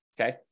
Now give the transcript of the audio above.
okay